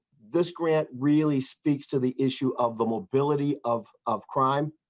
this grant really speaks to the issue of the mobility of of crime.